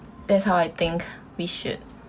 that's how I think we should